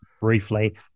briefly